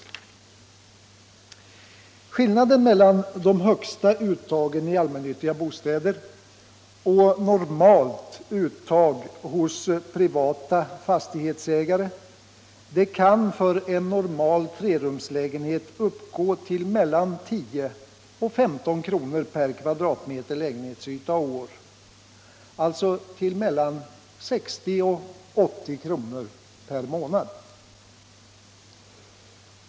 Skillnaden mellan det högsta uttaget i allmännyttiga bostäder och vanligt uttag hos privata fastighetsägare kan för en normal trerumslägenhet uppgå till mellan 10 och 15 kr. m? lägenhetsyta och år, alltså till mellan 60 och 80 kr. per månad.